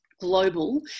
global